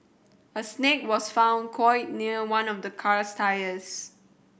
a snake was found coiled near one of the car's tyres